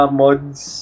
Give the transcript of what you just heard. mods